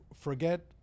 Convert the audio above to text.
forget